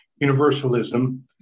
universalism